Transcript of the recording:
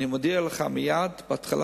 אני מודיע לך מייד בהתחלה,